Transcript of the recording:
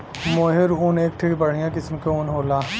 मोहेर ऊन एक ठे बढ़िया किस्म के ऊन होला